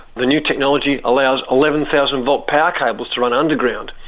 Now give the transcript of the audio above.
the new technology allows eleven thousand volt power cables to run underground.